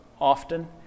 often